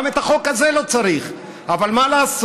גם את החוק הזה לא צריך, אבל מה לעשות?